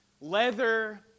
leather